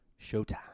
showtime